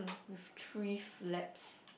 with three flaps